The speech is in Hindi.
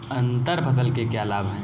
अंतर फसल के क्या लाभ हैं?